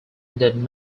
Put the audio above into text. did